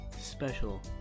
special